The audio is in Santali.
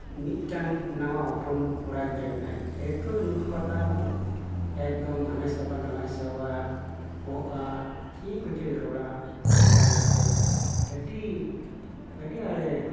ᱢᱤᱫᱴᱟᱝ ᱱᱟᱣᱟ ᱦᱚᱯᱚᱱ ᱠᱚᱲᱟ ᱜᱤᱫᱽᱨᱟᱹ ᱠᱟᱱᱟᱭ ᱮᱛᱚᱭ ᱩᱛᱯᱟᱛᱟ ᱵᱟᱝ ᱮᱠᱫᱚᱢ ᱦᱟᱱᱟᱭ ᱥᱟᱵᱟ ᱱᱟᱣᱟᱭ ᱥᱟᱵᱟ ᱚ ᱟ ᱪᱮᱫ ᱠᱚᱪᱚᱭ ᱨᱚᱲᱟ ᱚᱱᱠᱟ ᱞᱮᱠᱟᱛᱮ ᱟᱹᱰᱤ ᱟᱹᱰᱤ ᱟᱲᱮ